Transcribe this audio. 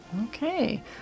Okay